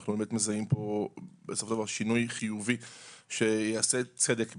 אנחנו באמת מזהים פה בסופו של דבר שינוי חיובי שיעשה צדק בעיקר.